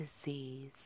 disease